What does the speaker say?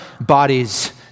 bodies